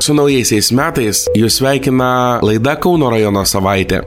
su naujaisiais metais jus sveikina laida kauno rajono savaitė